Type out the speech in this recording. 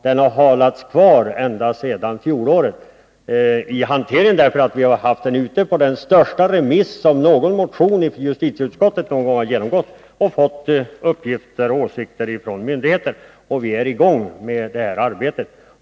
Handläggningen av den har förhalats sedan fjolåret — vi har haft den ute på den största remiss som någon motion i justitieutskottet någon gång genomgått. Vi har fått in uppgifter och åsikter från myndigheter och är i gång med arbetet.